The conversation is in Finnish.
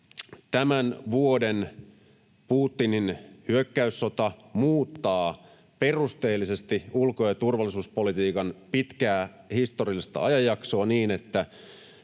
tämän vuoden Putinin hyökkäyssota muuttaa perusteellisesti ulko- ja turvallisuuspolitiikan pitkää historiallista ajanjaksoa niin, että